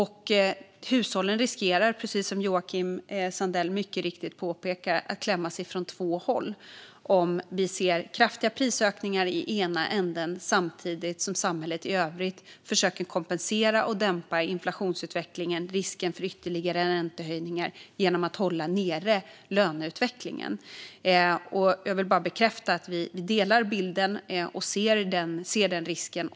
Hushållen riskerar, precis som Joakim Sandell mycket riktigt påpekar, att klämmas från två håll om vi ser kraftiga prisökningar i ena änden samtidigt som samhället i övrigt försöker kompensera och dämpa inflationsutvecklingen och risken för ytterligare räntehöjningar genom att hålla nere löneutvecklingen. Jag vill bara bekräfta att vi delar bilden och ser den risken.